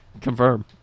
confirm